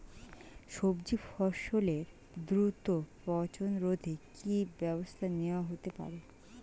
সবজি ফসলের দ্রুত পচন রোধে কি ব্যবস্থা নেয়া হতে পারে?